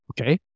Okay